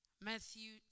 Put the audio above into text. Matthew